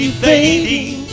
fading